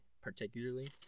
particularly